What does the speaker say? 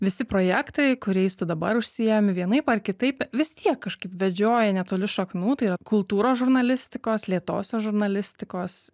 visi projektai kuriais tu dabar užsiimi vienaip ar kitaip vis tiek kažkaip vedžioja netoli šaknų tai yra kultūros žurnalistikos lėtosios žurnalistikos